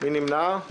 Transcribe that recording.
נמנעים